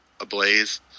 ablaze